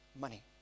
money